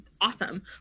awesome